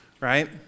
right